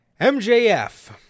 MJF